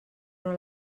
però